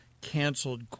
canceled